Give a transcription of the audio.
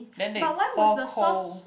then they pour cold